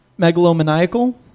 megalomaniacal